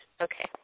Okay